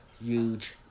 huge